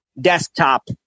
desktop